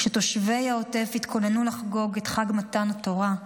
כשתושבי העוטף התכוננו לחגוג את חג מתן תורה,